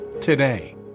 today